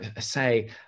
say